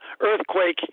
earthquake